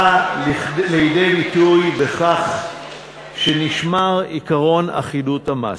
באות לידי ביטוי בכך שנשמר עקרון אחידות המס.